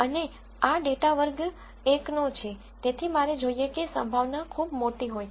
અને આ ડેટા વર્ગ 1 નો છે તેથી મારે જોઈએ કે સંભાવના ખૂબ મોટી હોય